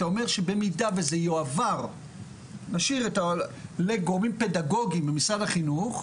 אתה אומר שבמידה וזה יועבר לגורמים פדגוגיים במשרד החינוך,